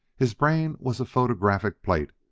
his brain was a photographic plate,